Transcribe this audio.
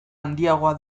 handiagoa